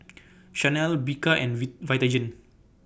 Chanel Bika and V Vitagen